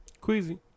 Queasy